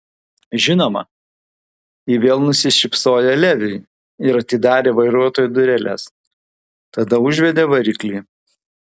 žinoma ji vėl nusišypsojo leviui ir atidarė vairuotojo dureles tada užvedė variklį